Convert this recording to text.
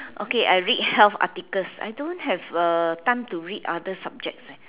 okay I read health articles I don't have uh time to read other subjects